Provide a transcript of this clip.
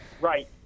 Right